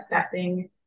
assessing